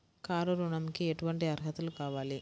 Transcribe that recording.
Car ఋణంకి ఎటువంటి అర్హతలు కావాలి?